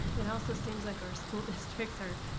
it also seems like our school districts are,